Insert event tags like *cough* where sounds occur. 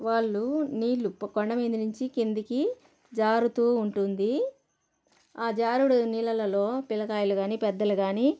వాళ్ళు నీళ్ళు *unintelligible* కొండ మీద నించి కిందికి జారుతూ ఉంటుంది ఆ జారుడు నీళ్ళలలో పిల్లకాయలు గానీ పెద్దలు గానీ